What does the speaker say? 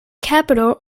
capital